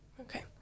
Okay